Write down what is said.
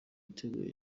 igitego